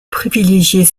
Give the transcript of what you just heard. privilégier